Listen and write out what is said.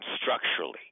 structurally